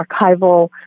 archival